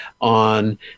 on